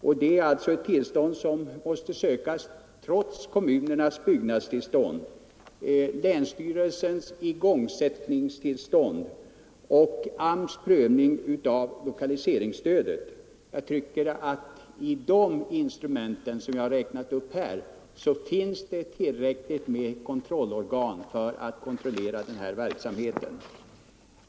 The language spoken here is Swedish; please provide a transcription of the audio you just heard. Sådant tillstånd måste sökas trots kommunens byggnadstillstånd, länsstyrelsens igångsättningstillstånd och AMS:s prövning av lokaliseringsstödet. I de instrument som jag räknat upp här finns enligt min mening tillräckligt med kontrollorgan för den här verksamheten.